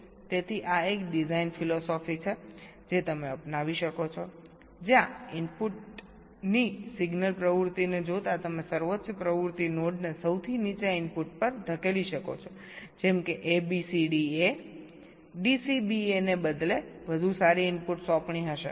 તેથી આ એક ડિઝાઇન ફિલોસોફી છે જે તમે અપનાવી શકો છો જ્યાં ઇનપુટની સિગ્નલ એક્ટિવિટી ને જોતા તમે સર્વોચ્ચ પ્રવૃત્તિ નોડને સૌથી નીચા ઇનપુટ પર ધકેલી શકો છો જેમ કે a b c d એ d c b a ને બદલે વધુ સારી ઇનપુટ સોંપણી હશે